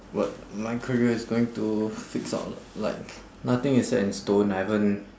what my career is going to fix out lah like nothing is set in stone I haven't